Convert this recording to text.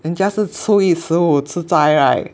人家是初一十五吃斋 right